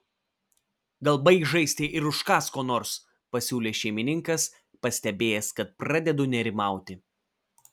gal baik žaisti ir užkąsk ko nors pasiūlė šeimininkas pastebėjęs kad pradedu nerimauti